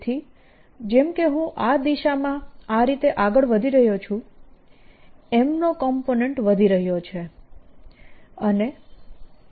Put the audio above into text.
તેથી જેમ કે હું આ દિશામાં આ રીતે આગળ વધી રહ્યો છું M નો કોમ્પોનન્ટ વધી રહ્યો છે અને